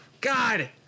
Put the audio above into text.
god